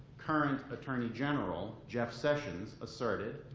current attorney general, jeff sessions asserted,